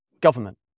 government